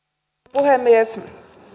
puhemies